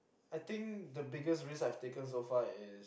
I think the biggest risk I've taken so far is